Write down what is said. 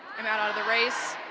um out out of the race.